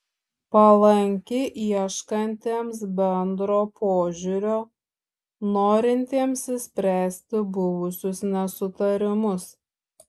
palanki ieškantiems bendro požiūrio norintiems išspręsti buvusius nesutarimus